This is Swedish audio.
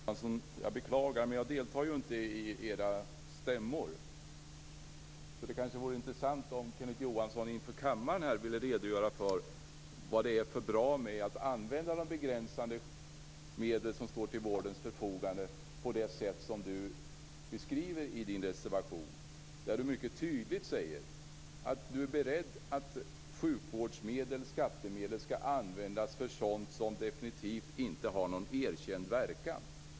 Fru talman! Jag beklagar, men jag deltar ju inte i era stämmor. Så det vore kanske intressant om Kenneth Johansson inför kammaren ville redogöra för vad som är bra med att använda de begränsade medel som står till vårdens förfogande på det sätt som han beskriver i sin reservation. I reservationen sägs det mycket tydligt att Kenneth Johansson är beredd att använda skattemedel för sådant som definitivt inte har någon erkänd verkan.